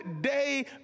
day